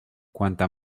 cuanta